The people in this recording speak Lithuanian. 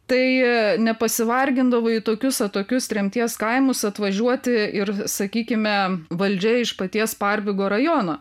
tai nepasivargindavo į tokius atokius tremties kaimus atvažiuoti ir sakykime valdžia iš paties parbigo rajono